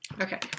Okay